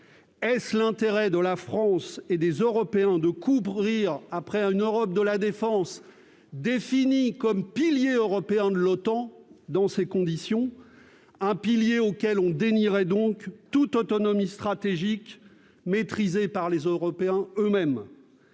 Est-ce l'intérêt de la France et des Européens de courir dans ces conditions après une Europe de la défense définie comme un pilier européen de l'OTAN, un pilier auquel on dénierait toute autonomie stratégique maîtrisée par les Européens eux-mêmes ?